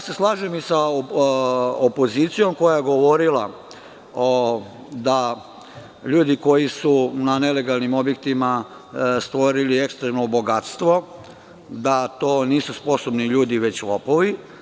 Slažem se i sa opozicijom koja je govorila da ljudi koji su na nelegalnim objektima stvorili ekstremno bogatstvo, da to nisu sposobni ljudi, već lopovi.